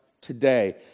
today